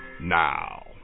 now